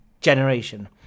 generation